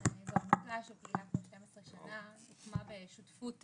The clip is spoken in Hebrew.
העמותה פעילה כבר 12 שנה והוקמה בשותפות